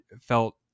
felt